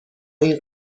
این